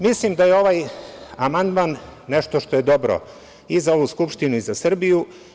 Mislim da je ovaj amandman nešto što je dobro i za ovu Skupštinu i za Srbiju.